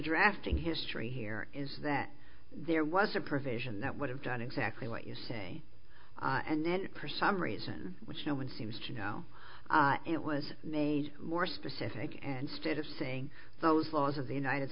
drafting history here is that there was a provision that would have done exactly what you say and then her some reason which no one seems to know it was made more specific and state of saying those laws of the united